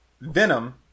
Venom